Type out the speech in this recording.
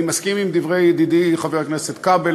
אני מסכים עם דברי ידידי חבר הכנסת כבל,